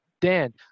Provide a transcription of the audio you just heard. Dan